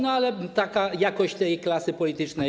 No, ale taka jest jakość tej klasy politycznej.